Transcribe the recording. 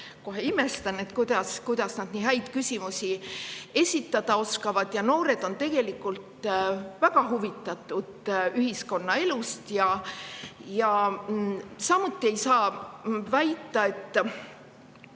kohe imestan, et kuidas nad nii häid küsimusi esitada oskavad. Noored on tegelikult väga huvitatud ühiskonnaelust. Samuti ei saa väita, et